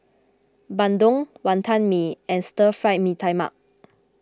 Bandung Wantan Mee and Stir Fried Mee Tai Mak